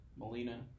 Melina